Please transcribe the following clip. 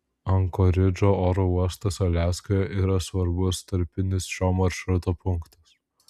ankoridžo oro uostas aliaskoje yra svarbus tarpinis šio maršruto punktas